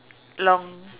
long